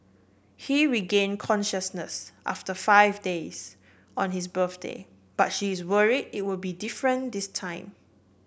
he regain consciousness after five days on his birthday but she is worry it would be different this time